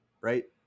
right